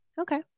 Okay